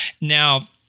Now